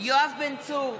יואב בן צור,